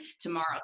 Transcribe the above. tomorrow